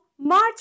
march